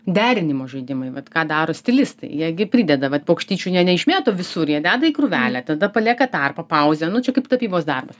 derinimo žaidimai vat ką daro stilistai jie gi prideda vat paukštyčių ne neišmėto visur jie deda į krūvelę tada palieka tarpą pauzę nu čia kaip tapybos darbas